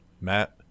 Matt